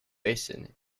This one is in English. basin